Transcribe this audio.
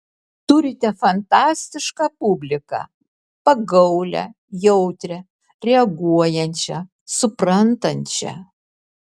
turite fantastišką publiką pagaulią jautrią reaguojančią suprantančią